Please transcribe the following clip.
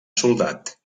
soldat